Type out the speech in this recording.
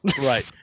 right